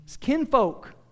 kinfolk